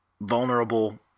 vulnerable